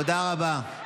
תודה רבה.